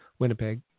Winnipeg